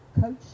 coach